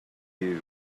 news